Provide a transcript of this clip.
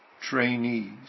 trainees